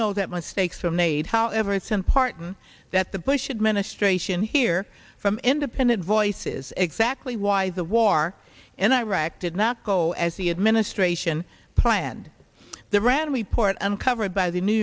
know that mistakes were made however it's important that the bush administration hear from independent voices exactly why the war in iraq did not go as the administration planned the rand report uncovered by the new